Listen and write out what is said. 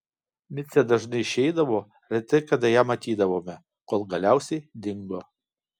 micė dažnai išeidavo retai kada ją matydavome kol galiausiai dingo